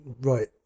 right